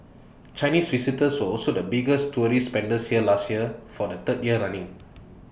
Chinese visitors were also the biggest tourist spenders here last year for the third year running